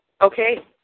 Okay